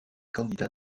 candidat